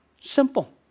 Simple